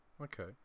okay